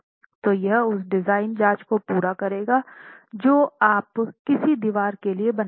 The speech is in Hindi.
तो यह उस डिज़ाइन जांच को पूरा करेगा जो आप किसी दीवार के लिए बनाते हैं